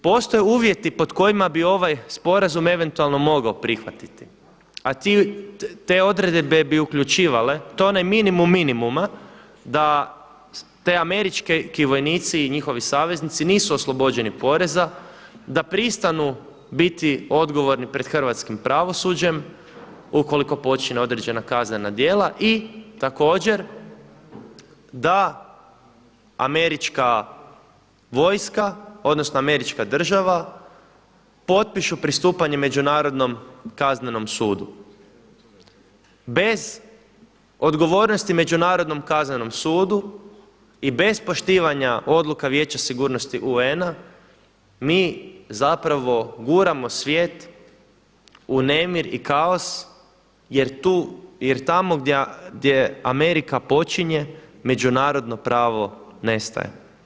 Postoje uvjeti pod kojima bi ovaj sporazum eventualno mogao prihvatiti, a te odredbe bi uključivale, to je onaj minimum minimuma da ti američki vojnici i njihovi saveznici nisu oslobođeni poreza, da pristanu biti odgovorni pred hrvatskim pravosuđem ukoliko počine određena kaznena djela i također da američka vojska odnosno američka država potpišu pristupanje Međunarodnom kaznenom sudu bez odgovornosti Međunarodnom kaznenom sudu i bez poštivanja odluka Vijeća sigurnosti UN-a mi zapravo guramo svijet u nemir i kaos jer tamo gdje Amerika počinje, međunarodno pravo nestaje.